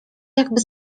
jakby